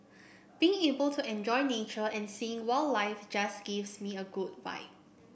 being able to enjoy nature and seeing wildlife just gives me a good vibe